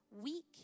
weak